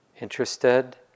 interested